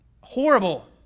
horrible